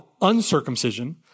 uncircumcision